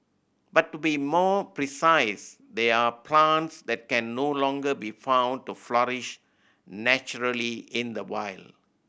but to be more precise they're plants that can no longer be found to flourish naturally in the wild